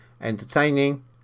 entertaining